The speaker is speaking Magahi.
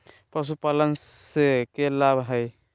पशुपालन से के लाभ हय?